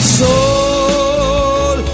soul